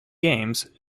games